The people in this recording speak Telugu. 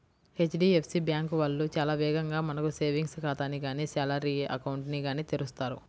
హెచ్.డీ.ఎఫ్.సీ బ్యాంకు వాళ్ళు చాలా వేగంగా మనకు సేవింగ్స్ ఖాతాని గానీ శాలరీ అకౌంట్ ని గానీ తెరుస్తారు